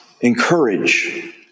encourage